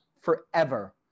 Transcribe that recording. forever